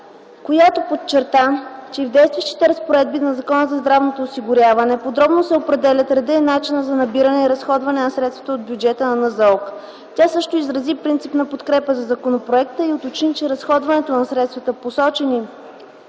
която подчерта, че и в действащите разпоредби на Закона за здравното осигуряване подробно се определят редът и начинът за набиране и разходване на средствата от бюджета на НЗОК. Тя също изрази принципна подкрепа на законопроекта и уточни, че разходването на средствата, посочени